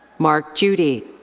mark judy.